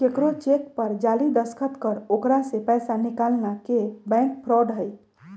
केकरो चेक पर जाली दस्तखत कर ओकरा से पैसा निकालना के बैंक फ्रॉड हई